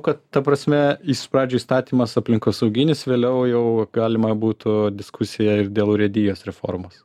kad ta prasme iš pradžių įstatymas aplinkosauginis vėliau jau galima būtų diskusiją ir dėl urėdijų reformos